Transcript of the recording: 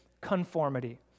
conformity